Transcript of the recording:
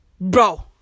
Bro